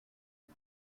who